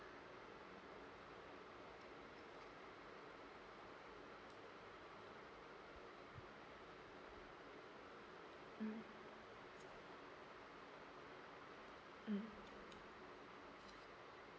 uh oh mm mm